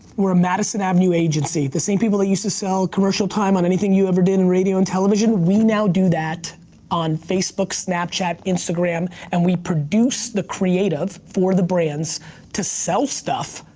we're a madison avenue agency, the same people that used to sell commercial time on anything you ever did in radio and television, we now do that on facebook, snapchat, instagram. and we produce the creative for the brands to sell stuff,